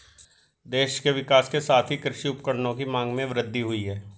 देश के विकास के साथ ही कृषि उपकरणों की मांग में वृद्धि हुयी है